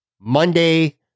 Monday